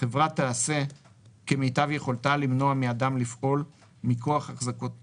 החברה תעשה כמיטב יכולתה למנוע מאדם לפעול מכוח החזקות חורגות,